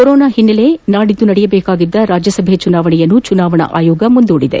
corona ಹಿನ್ನೆಲೆ ನಾಡಿದ್ದು ನಡೆಯಬೇಕಾಗಿದ್ದ ರಾಜ್ಯಸಭೆ ಚುನಾವಣೆಯನ್ನು ಚುನಾವಣಾ ಅಯೋಗ ಮುಂದೂಡಿದೆ